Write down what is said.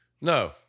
No